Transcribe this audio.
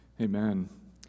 Amen